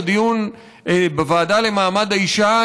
בדיון בוועדה למעמד האישה,